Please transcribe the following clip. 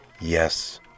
Yes